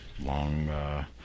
Long